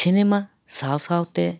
cinema ᱥᱟᱶᱼᱥᱟᱶᱛᱮ